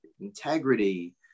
integrity